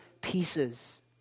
pieces